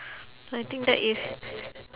I think that is